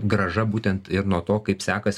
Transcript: grąža būtent ir nuo to kaip sekas